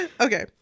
Okay